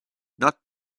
not